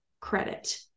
credit